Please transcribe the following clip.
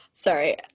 Sorry